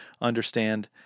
understand